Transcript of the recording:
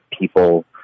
people